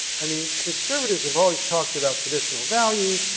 i mean, conservatives have always talked about traditional values.